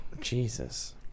jesus